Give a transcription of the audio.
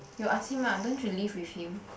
you ask him ah don't you live with him